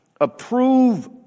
approve